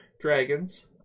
Dragons